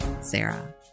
Sarah